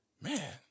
Man